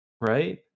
right